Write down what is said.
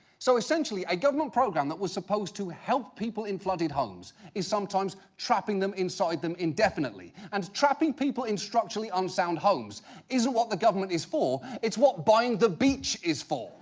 so, essentially, a government program that was supposed to help people in flooded homes is sometimes trapping them inside them indefinitely. and trapping people in structurally-unsound homes isn't what the government is for, it's what buying the beach is for